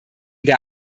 der